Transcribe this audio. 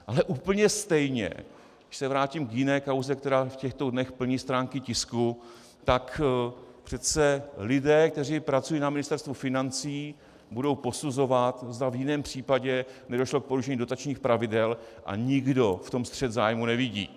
Ale úplně stejně, když se vrátím k jiné kauze, která v těchto dnech plní stránky tisku, tak přece lidé, kteří pracují na Ministerstvu financí, budou posuzovat, zda v jiném případě nedošlo k porušení dotačních pravidel, a nikdo v tom střet zájmů nevidí.